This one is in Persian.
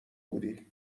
بودی